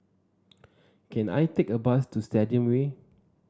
can I take a bus to Stadium Way